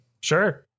sure